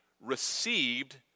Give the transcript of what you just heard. received